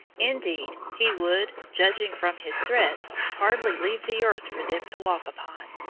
indeed, he would, judging from his threats, hardly leave the earth for them to walk upon.